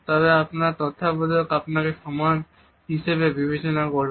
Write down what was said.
তবে আপনার তত্ত্বাবধায়ক আপনাকে সমান হিসাবে বিবেচনা করবে